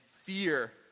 fear